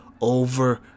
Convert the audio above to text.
over